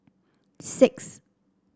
six